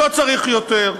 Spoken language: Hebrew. לא צריך יותר,